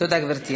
תודה, גברתי.